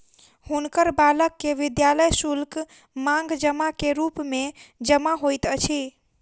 हुनकर बालक के विद्यालय शुल्क, मांग जमा के रूप मे जमा होइत अछि